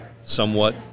somewhat